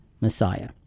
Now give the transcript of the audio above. Messiah